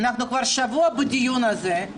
אנחנו כבר שבוע בדיון הזה,